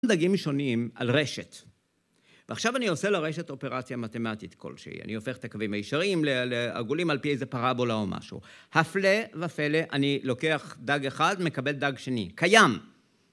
דגים שונים על רשת ועכשיו אני עושה לרשת אופרציה מתמטית כלשהי אני הופך את הקווים הישרים לעגולים על פי איזה פרבולה או משהו הפלא ופלא, אני לוקח דג אחד, מקבל דג שני, קיים!